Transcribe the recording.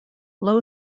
low